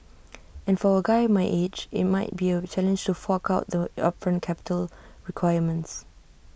and for A guy my age IT might be A challenge for fork out the upfront capital requirements